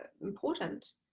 important